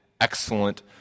excellent